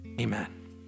Amen